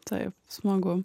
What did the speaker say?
taip smagu